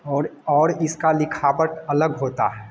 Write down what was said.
और और इसकी लिखाबट अलग होती है